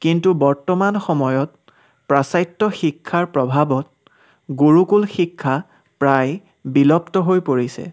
কিন্তু বৰ্তমান সময়ত পাশ্চাত্য শিক্ষাৰ প্ৰভাৱত গুৰুকুল শিক্ষা প্ৰায় বিলুপ্ত হৈ পৰিছে